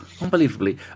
unbelievably